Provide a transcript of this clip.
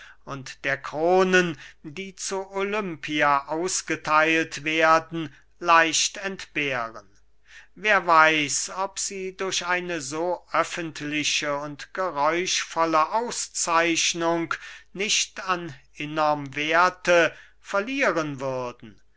der kronen die zu olympia ausgetheilt werden leicht entbehren wer weiß ob sie durch eine so öffentliche und geräuschvolle auszeichnung nicht an innerm werthe verlieren würden